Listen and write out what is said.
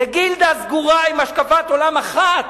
זו גילדה סגורה, עם השקפת עולם אחת,